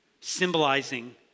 symbolizing